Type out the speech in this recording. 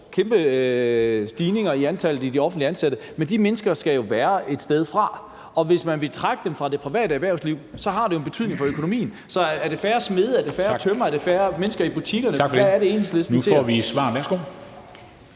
kæmpe stigning i antallet af offentligt ansatte, men de mennesker skal jo komme et sted fra, og hvis man vil trække dem fra det private erhvervsliv, har det en betydning for økonomien. Så er det færre smede? Er det færre tømrer? Er det færre ansatte i butikkerne? Hvad er det, Enhedslisten ser ...